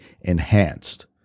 enhanced